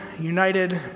united